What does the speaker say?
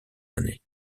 années